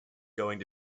going